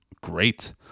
great